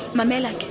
Mamela